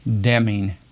Deming